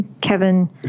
Kevin